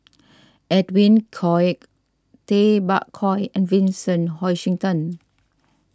Edwin Koek Tay Bak Koi and Vincent Hoisington